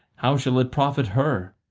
how shall it profit her?